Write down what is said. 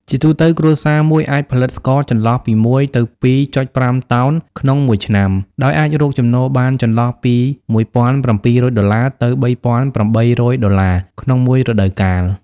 ជាទូទៅ គ្រួសារមួយអាចផលិតស្ករចន្លោះពី១ទៅ២,៥តោន ក្នុងមួយឆ្នាំ ដោយអាចរកចំណូលបានចន្លោះពី១៧០០ដុល្លារទៅ៣៨០០ដុល្លារ ក្នុងមួយរដូវកាល។